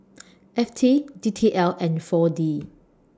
F T D T L and four D